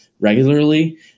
regularly